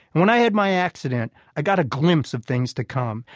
when i had my accident, i got a glimpse of things to come.